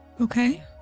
Okay